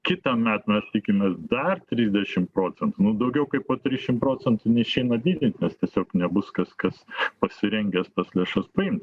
kitąmet mes tikimės dar trisdešim procentų daugiau kaip po trišim procentų neišeina didint nes tiesiog nebus kas kas pasirengęs tas lėšas paimt